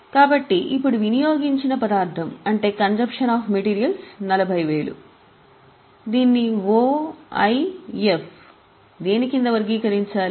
కాబట్టి ఇప్పుడు వినియోగించిన పదార్థం 40000 మనకు OIF ఎక్కడికి వెళ్లాలి